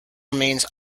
remains